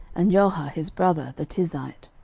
and joha his brother, the tizite,